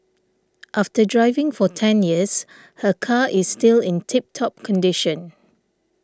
after driving for ten years her car is still in tip top condition